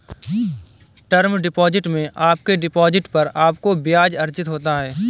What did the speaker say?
term deposit में आपके deposit पर आपको ब्याज़ अर्जित होता है